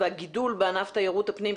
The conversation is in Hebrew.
והגידול בענף תיירות הפנים,